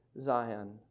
zion